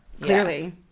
Clearly